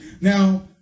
Now